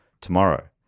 tomorrow